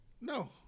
No